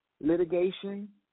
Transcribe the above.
Litigation